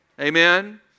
Amen